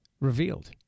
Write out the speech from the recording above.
revealed